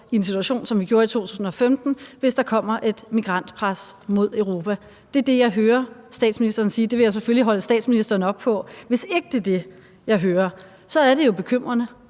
i samme situation, som vi gjorde i 2015, hvis der kommer et migrantpres mod Europa. Det er det, jeg hører statsministeren sige, og det vil jeg selvfølgelig holde statsministeren op på. Hvis ikke det er det, jeg hører, er det jo bekymrende,